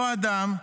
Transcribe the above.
אותו אדם,